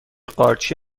قارچی